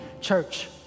church